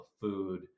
food